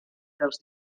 dels